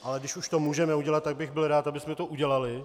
Ale když už to můžeme udělat, tak bych byl rád, abychom to udělali.